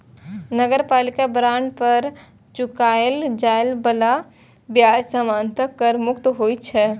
नगरपालिका बांड पर चुकाएल जाए बला ब्याज सामान्यतः कर मुक्त होइ छै